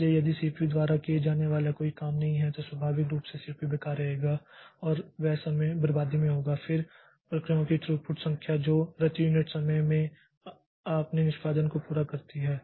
इसलिए यदि सीपीयू द्वारा किया जाने वाला कोई काम नहीं है तो स्वाभाविक रूप से सीपीयू बेकार रहेगा और वह समय बर्बादी में होगा फिर प्रक्रियाओं की थ्रूपुट संख्या जो प्रति यूनिट समय में अपने निष्पादन को पूरा करती है